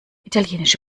italienische